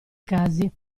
casi